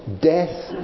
death